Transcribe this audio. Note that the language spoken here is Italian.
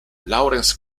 lawrence